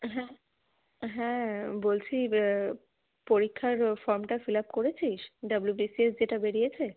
হ্যাঁ হ্যাঁ বলছি পরীক্ষার ও ফর্মটা ফিল আপ করেছিস ডাবলুবিসিএস যেটা বেরিয়েছে